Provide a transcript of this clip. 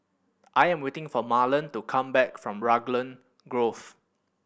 I am waiting for Marlen to come back from Raglan Grove